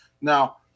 Now